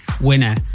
winner